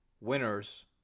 winners